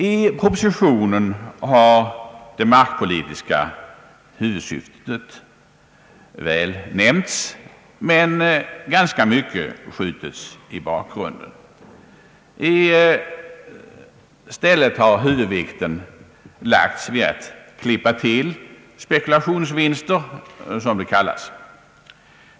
I propositionen har det markpolitiska huvudsyftet väl nämnts men ganska mycket skjutits i bakgrunden. I stället har huvudvikten lagts vid att klippa till spekulationsvinster, som det kallas.